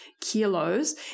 kilos